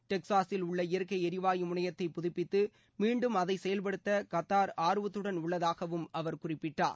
டெக்சாஸில் உள்ள இயற்கை எரிவாயு முனையத்தை புதுப்பித்து மீண்டும் அதை செயல்படுத்த கத்தார் ஆர்வத்துடன் உள்ளதாகவும் அவர் குறிப்பிட்டார்